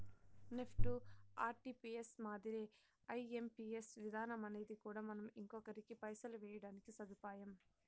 NEFT, RTGS మాదిరే IMPS విధానమనేది కూడా మనం ఇంకొకరికి పైసలు వేయడానికి సదుపాయం